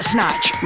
Snatch